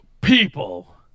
people